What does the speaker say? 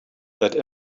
that